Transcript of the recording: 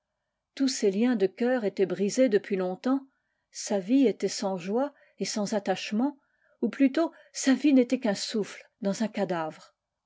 tous ses liens de cœur étaient brisés depuis longtemps sa vie était sans joie et sans attachement ou plutôt sa vie n'était qu'un souffle dans un cadavre